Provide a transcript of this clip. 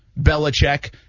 Belichick